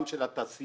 גם של התעשייה,